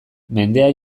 mendea